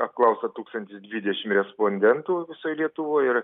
apklausta tūkstantis dvidešim respondentų visoj lietuvoj ir